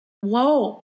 Whoa